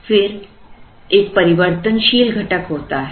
फिर एक परिवर्तनशील घटक होता है